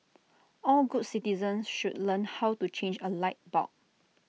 all good citizens should learn how to change A light bulb